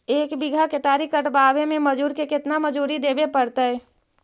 एक बिघा केतारी कटबाबे में मजुर के केतना मजुरि देबे पड़तै?